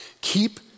Keep